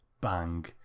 bang